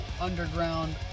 Underground